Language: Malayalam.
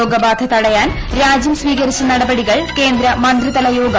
രോഗബാധ തടയാൻ രാജ്യം സ്വീകരിച്ച നടപടികൾ കേന്ദ്ര മന്ത്രിതല യോഗം വിലയിരുത്തി